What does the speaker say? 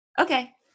Okay